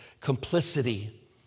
complicity